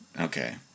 okay